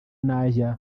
najya